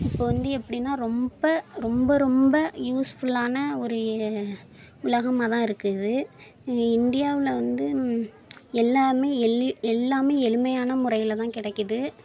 இப்போ வந்து எப்படின்னா ரொம்ப ரொம்ப ரொம்ப யூஸ்ஃபுல்லான ஒரு உலகமாகதான் இருக்குது இது இந்தியாவில் வந்து எல்லாமே எல்லி எல்லாமே எளிமையான முறையில் தான் கிடைக்கிது